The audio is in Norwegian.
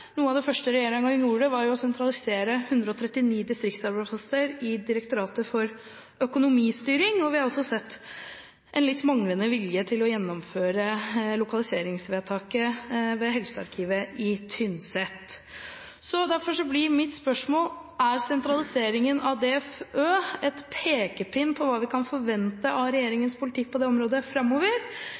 Noe av det første regjeringen gjorde, var jo å sentralisere 139 distriktsarbeidsplasser i Direktoratet for økonomistyring, DFØ, og vi har også sett en litt manglende vilje til å gjennomføre lokaliseringsvedtaket ved helsearkivet i Tynset. Derfor blir mitt spørsmål: Er sentraliseringen av DFØ en pekepinn på hva vi kan forvente av regjeringens politikk på dette området framover,